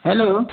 hello